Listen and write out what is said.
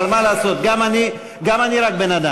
אבל מה לעשות, גם אני רק בן-אדם.